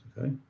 Okay